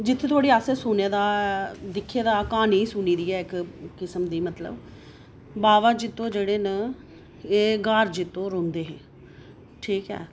जित्थें धोड़ी असें सुने दा दिक्खे दा क्हानी सुनी दी इक्क किस्म दी मतलब बावा जित्तो जेह्ड़े न एह् ग्हार जित्तो रौंह्दे हे ठीक ऐ